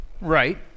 Right